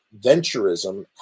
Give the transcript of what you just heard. Venturism